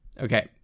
Okay